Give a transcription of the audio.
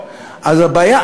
אז הבעיה,